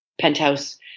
penthouse